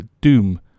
doom